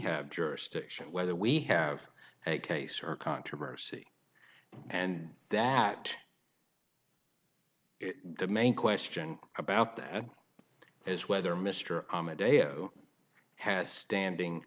have jurisdiction whether we have a case or controversy and that the main question about that is whether mr ahmed a zero has standing